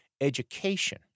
education